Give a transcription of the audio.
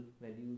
values